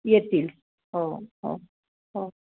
येतील हो हो हो